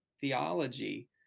theology